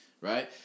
right